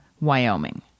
Wyoming